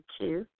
two